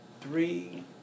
three